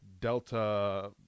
delta